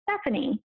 Stephanie